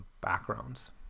backgrounds